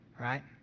right